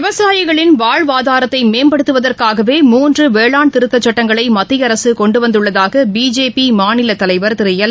விவசாயிகளின் வாழ்வாதாரத்தை மேம்படுத்துவதற்காகவே மூன்று வேளாண் திருத்தச்சட்டங்களை மத்திய அரசு கொண்டுவந்துள்ளதாக பிஜேபி மாநிலத்தலைவர் திரு எல்